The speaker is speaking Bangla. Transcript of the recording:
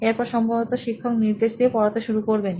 এরপর সম্ভবত শিক্ষক নির্দে শ দিয়ে পড়াতে শুরু করবেন